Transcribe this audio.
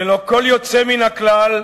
ללא כל יוצא מן הכלל,